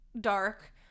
Dark